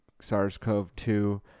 SARS-CoV-2